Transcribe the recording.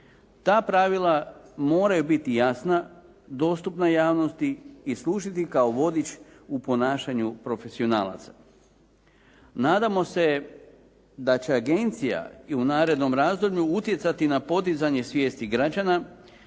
Ta pravila moraju biti jasna, dostupna javnosti i služiti kao vodič u ponašanju profesionalaca. Nadamo se da će agencija i u narednom razdoblju utjecati na podizanje svijesti građana,